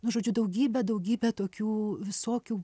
nu žodžiu daugybę daugybę tokių visokių